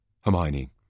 Hermione